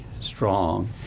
strong